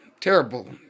terrible